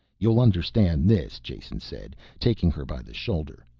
you'll understand this, jason said, taking her by the shoulder.